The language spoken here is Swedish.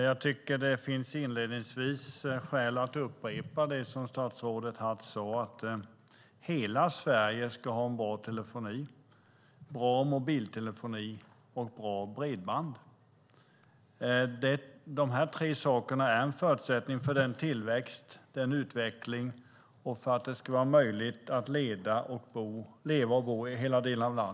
Fru talman! Det finns inledningsvis skäl att upprepa vad statsrådet sade, nämligen att hela Sverige ska ha bra telefoni, bra mobiltelefoni och bra bredband. De tre sakerna är en förutsättning för tillväxt och utveckling och för att det ska vara möjligt att leva och bo i hela landet.